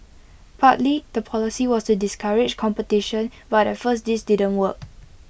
partly the policy was to discourage competition but at first this didn't work